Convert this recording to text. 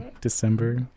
December